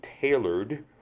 tailored